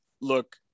look